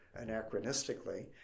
anachronistically